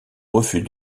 refus